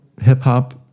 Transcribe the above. hip-hop